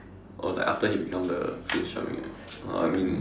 or like after he become the prince charming eh uh I mean